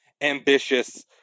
ambitious